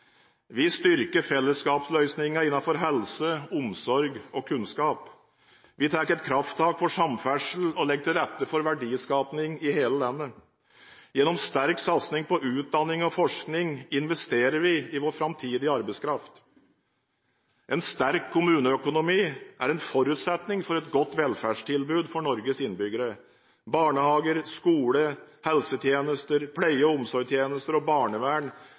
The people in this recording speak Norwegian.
Vi styrker fellesskapsløsninger innenfor helse, omsorg og kunnskap. Vi tar et krafttak for samferdsel og legger til rette for verdiskapning i hele landet. Gjennom sterk satsing på utdanning og forskning investerer vi i vår framtidige arbeidskraft. En sterk kommuneøkonomi er en forutsetning for et godt velferdstilbud for Norges innbyggere. Barnehager, skole, helsetjenester, pleie- og omsorgstjenester og barnevern